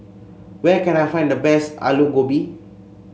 where can I find the best Alu Gobi